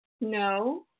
No